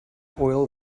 oil